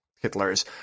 Hitler's